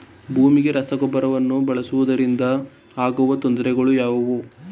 ಭೂಮಿಗೆ ರಸಗೊಬ್ಬರಗಳನ್ನು ಬಳಸುವುದರಿಂದ ಆಗುವ ತೊಂದರೆಗಳು ಯಾವುವು?